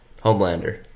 homelander